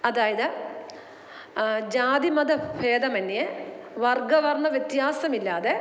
അതായത് ജാതിമതഭേദമന്യേ വർഗ്ഗവർണ്ണ വ്യത്യാസമില്ലാതെ